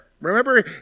Remember